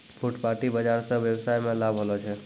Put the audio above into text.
फुटपाटी बाजार स वेवसाय मे लाभ होलो छै